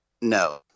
No